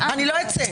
להתייחס?